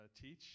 teach